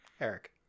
Eric